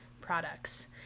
products